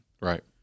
right